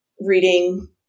reading